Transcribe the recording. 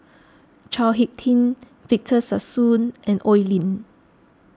Chao Hick Tin Victor Sassoon and Oi Lin